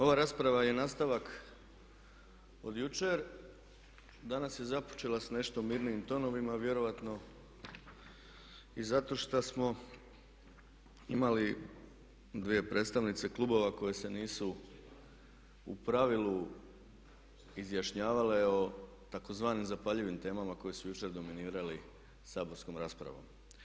Ova rasprava je nastavak od jučer, danas je započela sa nešto mirnijim tonovima a vjerojatno i zato što smo imali dvije predstavnice klubova koje se nisu u pravilu izjašnjavale o tzv. zapaljivim temama koje su jučer dominirale saborskom raspravom.